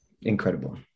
incredible